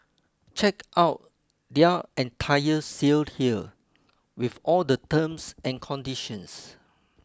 check out their entire sale here with all the terms and conditions